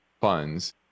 funds